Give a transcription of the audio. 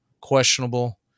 questionable